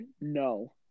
no